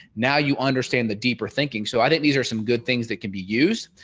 now you understand the deeper thinking so i think these are some good things that can be used.